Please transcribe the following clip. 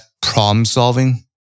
problem-solving